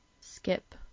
skip